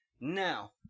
Now